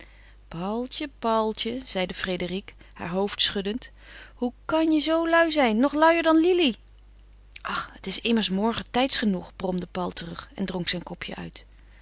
paultje paultje zeide frédérique haar hoofd schuddend hoe kan je zoo lui zijn nog luier dan lili ach het is immers morgen tijds genoeg bromde paul terug en dronk zijn kopje uit